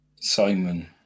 Simon